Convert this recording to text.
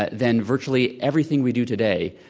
ah then virtually everything we do today,